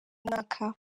mwaka